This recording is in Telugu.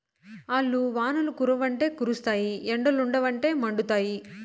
ఆల్లు వానలు కురవ్వంటే కురుస్తాయి ఎండలుండవంటే మండుతాయి